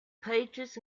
pages